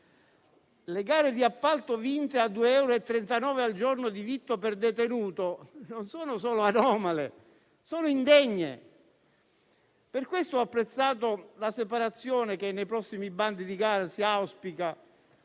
Le gare d'appalto vinte a 2,39 euro al giorno di vitto per detenuto non sono solo anomale, sono indegne. Per questo ho apprezzato la separazione che nei prossimi bandi di gara si auspica